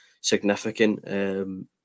significant